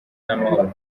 n’amahoro